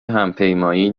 همپیمایی